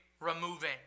removing